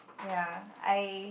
ya I